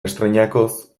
estreinakoz